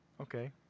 okay